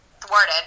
thwarted